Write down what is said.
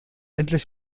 endlich